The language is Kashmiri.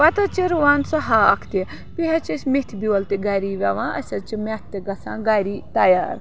پَتہٕ حظ چھِ رُوان سُہ ہاکھ تہِ بیٚیہِ حظ چھِ أسۍ مٮ۪تھِ بیول تہِ گَری یوان اَسہِ حظ چھِ مٮ۪تھ تہِ گژھان گَری تَیار